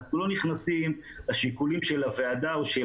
אנחנו לא נכנסים לשיקולים של הוועדה או של